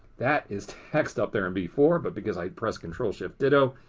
that is text up there in b four. but because i press control shift ditto,